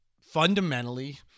fundamentally